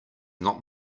not